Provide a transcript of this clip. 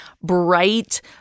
bright